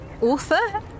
author